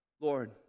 Lord